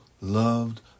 loved